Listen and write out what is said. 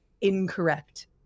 incorrect